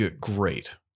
Great